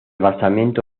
basamento